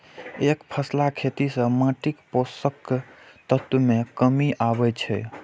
एकफसला खेती सं माटिक पोषक तत्व मे कमी आबै छै